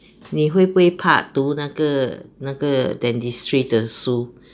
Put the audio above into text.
你会不会怕读那个那个 dentistry 的书